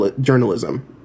journalism